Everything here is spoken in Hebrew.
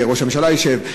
ראש הממשלה ישב.